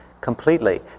completely